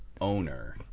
owner